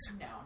No